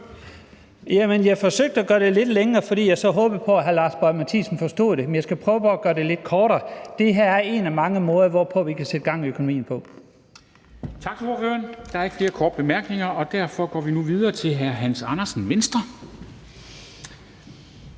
Jeg forsøgte at gøre det lidt længere, fordi jeg så håbede på, at hr. Lars Boje Mathiesen forstod det, men jeg skal prøve på at gøre det lidt kortere. Det her er en af mange måder, hvorpå vi kan sætte gang i økonomien.